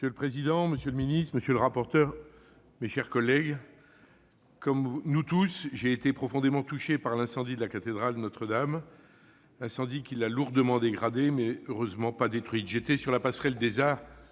Monsieur le président, monsieur le ministre, mes chers collègues, comme nous tous, j'ai été profondément touché par l'incendie de la cathédrale Notre-Dame, incendie qui l'a lourdement dégradée, mais heureusement pas détruite. J'étais sur le pont des Arts